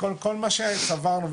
כל מה שצברנו,